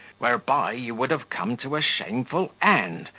whereby you would have come to a shameful end,